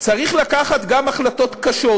"צריך לקחת גם החלטות קשות,